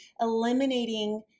eliminating